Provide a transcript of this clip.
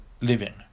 living